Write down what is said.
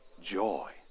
Joy